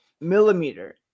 millimeter